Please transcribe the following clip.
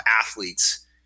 athletes